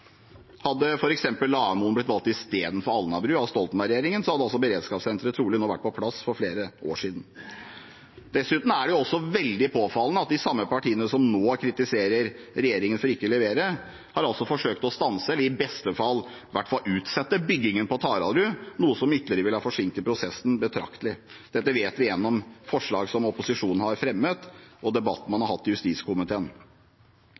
Hadde f.eks. Lahaugmoen blitt valgt i stedet for Alnabru av Stoltenberg-regjeringen, hadde beredskapssenteret trolig vært på plass for flere år siden. Dessuten er det veldig påfallende at de samme partiene som nå kritiserer regjeringen for ikke å levere, har forsøkt å stanse – eller i hvert fall utsette – byggingen på Taraldrud, noe som ytterligere ville ha forsinket prosessen betraktelig. Dette vet vi gjennom forslag som opposisjonen har fremmet, og debatten man